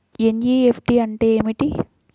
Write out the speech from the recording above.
NEFT అంటే ఏమిటీ?